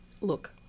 Look